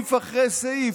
סעיף אחרי סעיף,